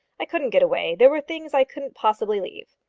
i couldn't get away. there were things i couldn't possibly leave.